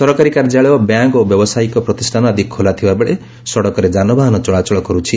ସରକାରୀ କାର୍ଯ୍ୟାଳୟ ବ୍ୟାଙ୍କ ଓ ବ୍ୟବସାୟିକ ପ୍ରତିଷ୍ଠାନ ଆଦି ଖୋଲାଥିବାବେଳେ ସଡ଼କରେ ଯାନବାହନ ଚଳାଚଳ କରୁଛି